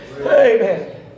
Amen